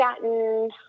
gotten